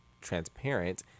Transparent